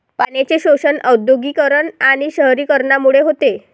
पाण्याचे शोषण औद्योगिकीकरण आणि शहरीकरणामुळे होते